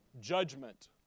judgment